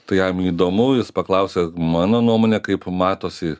tai jam įdomu jis paklausia mano nuomone kaip matosi